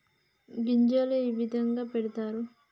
గింజలు ఏ విధంగా పెడతారు?